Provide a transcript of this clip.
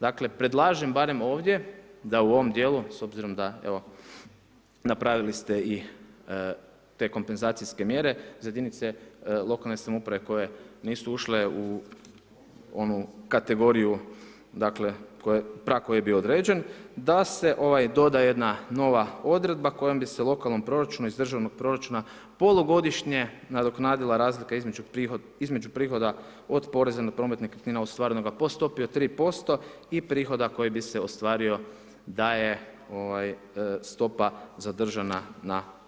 Dakle, predlažem barem ovdje da u ovom dijelu, s obzirom da evo, napravili ste i te kompenzacijske mjere za jedinice lokalne samouprave koje nisu ušle u onu kategoriju prag koje je bio određen, da se ovoj doda jedna nova odredba kojom bi se lokalnom proračunu iz državnog proračuna polugodišnje nadoknadila razlika između prihoda od poreza na promet nekretnina ostvarenoga po stopi od 3% i prihoda koji bi se ostvario da je stopa zadržana na 4%